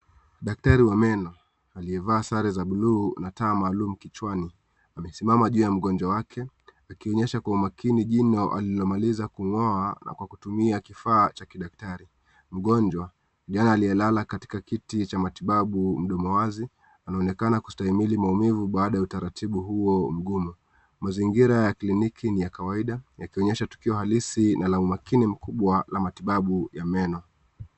Daktari wa meno aliyevaa sare za buluu na taa kichwani, amesimama juu ya mgonjwa wake, akionyesha kwa makini jino alilomaliza kung'oa na kwa kutumia kifaa cha kidaktari. Mgonjwa aliyelala kwenye kiti cha matibabu mdomo wazi, anaonekana kustahimili maumivu baada ya utaratibu huo mgumu. Mazingira ya kliniki ni ya kawaida, yakionyesha tukio halisi na la makini mkubwa la matibabu ya meno.